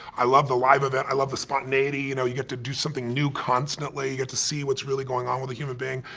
i love the live event, i love the spontaneity, you know, you get to do something new constantly, you get to see what's really going on with a human being.